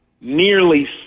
nearly